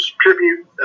tribute